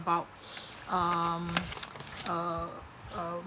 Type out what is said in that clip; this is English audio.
about um uh uh